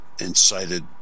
incited